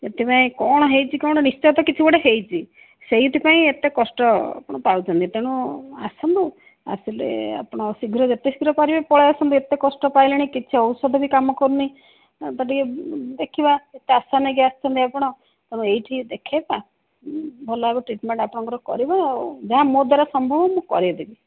ସେଥିପାଇଁ କ'ଣ ହେଇଛି କ'ଣ ନିଶ୍ଚୟ ତ କିଛି ଗୋଟେ ହେଇଛି ସେଇଥିପାଇଁ ଏତେ କଷ୍ଟ ଆପଣ ପାଉଛନ୍ତି ତେଣୁ ଆସନ୍ତୁ ଆସିଲେ ଆପଣ ଶୀଘ୍ର ଯେତେ ଶୀଘ୍ର ପାରିବେ ପଳାଇ ଆସନ୍ତୁ ଏତେ କଷ୍ଟ ପାଇଲେଣି କିଛି ଔଷଧ ବି କାମ କରୁନି ତ ଟିକେ ଦେଖିବା ଏତେ ଆଶା ନେଇ ଆସୁଛନ୍ତି ଆପଣ ତ ଏଇଠି ଦେଖାଇବା ଭଲ ଭାବରେ ଟ୍ରିଟ୍ମେଣ୍ଟ ଆପଣଙ୍କର କରାଇବା ଆଉ ଯାହା ମୋ ଦ୍ୱାରା ସମ୍ଭବ ମୁଁ କରାଇ ଦେବି